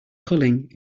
culling